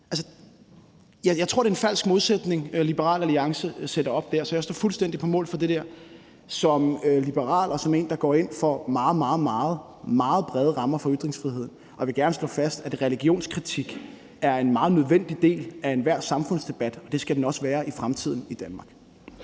Jeg tror, det er en falsk modsætning, Liberal Alliance sætter op der. Jeg står fuldstændig på mål for det som liberal og som en, der går ind for meget, meget vide rammer for ytringsfriheden, og jeg vil gerne slå fast, at religionskritik er en meget nødvendig del af enhver samfundsdebat, og det skal den også være i fremtiden i Danmark.